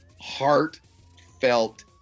heartfelt